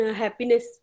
happiness